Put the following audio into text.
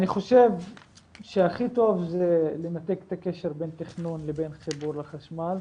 אני חושב שהכי טוב זה לנתק את הקשר בין תכנון לבין חיבור לחשמל,